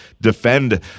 defend